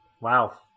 Wow